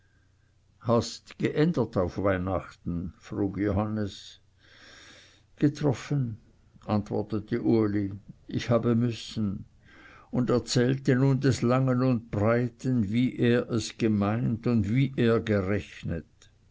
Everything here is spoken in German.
hast geändert auf weihnacht frug johannes getroffen antwortete uli ich habe müssen und erzählte nun des langen und breiten wie er es gemeint und wie er gerechnet